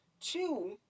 Two